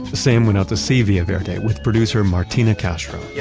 sam went out to see villa verde with producer, martina castro yeah